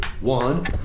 One